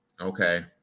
Okay